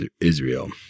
Israel